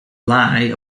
lie